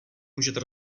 můžete